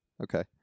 okay